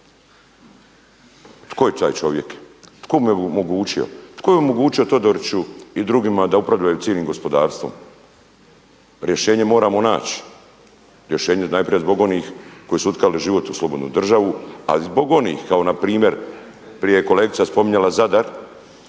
Tko je taj čovjek? Tko mu je omogućio? Tko je omogućio Todoriću i drugima da upravljaju cijelim gospodarstvom? Rješenje moramo naći. Rješenje najprije zbog onih koji su utkali život u slobodnu državu, ali i zbog onih kao npr. prije je kolegica spominjala Zadar